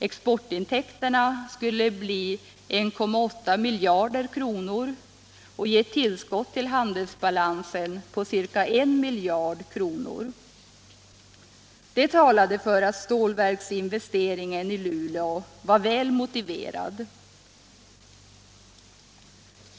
Exportintäkterna skulle bli 1,8 miljarder kronor och ge ett tillskott till handelsbalansen på ca 1 miljard kronor. Det talade för att stålinvesteringen i Luleå var väl motiverad.